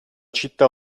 città